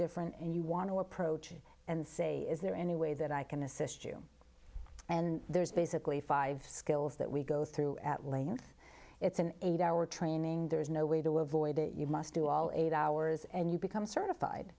different and you want to approach and say is there any way that i can assist you and there's basically five skills that we go through at length it's an eight hour training there's no way to avoid it you must do all eight hours and you become certified